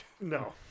no